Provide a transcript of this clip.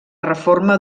reforma